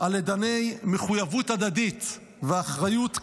על אדני מחויבות הדדית ואחריות כללית.